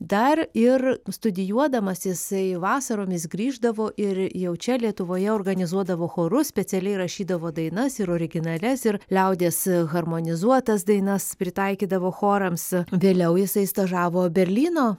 dar ir studijuodamas jisai vasaromis grįždavo ir jau čia lietuvoje organizuodavo chorus specialiai rašydavo dainas ir originalias ir liaudies harmonizuotas dainas pritaikydavo chorams vėliau jisai stažavo berlyno